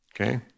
okay